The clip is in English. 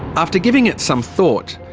after giving it some thought,